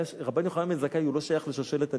רבן יוחנן בן זכאי לא שייך לשושלת הנשיאות.